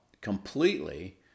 completely